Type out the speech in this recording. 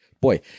Boy